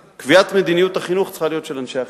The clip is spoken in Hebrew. קביעת מדיניות החינוך צריכה להיות של אנשי החינוך.